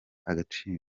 agaciro